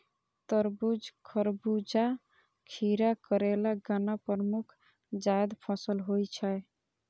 तरबूज, खरबूजा, खीरा, करेला, गन्ना प्रमुख जायद फसल होइ छै